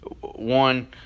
One